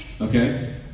okay